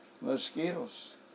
Mosquitoes